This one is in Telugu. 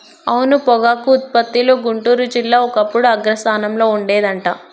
అవును పొగాకు ఉత్పత్తిలో గుంటూరు జిల్లా ఒకప్పుడు అగ్రస్థానంలో ఉండేది అంట